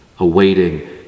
Awaiting